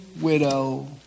widow